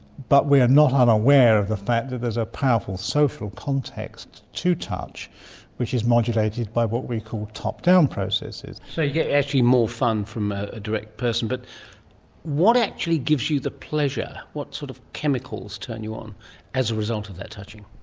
but we're not unaware of the fact that there's a powerful social context to touch which is modulated by what we call top-down processes. so you get actually more from a direct person. but what actually gives you the pleasure? what sort of chemicals turn you on as a result of that touching?